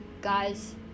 guys